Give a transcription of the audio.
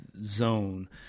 zone